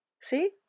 See